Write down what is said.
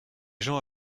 gens